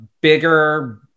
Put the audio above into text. bigger